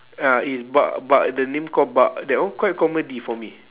ah it's bak bak the name called bak that one quite comedy for me